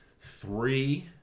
Three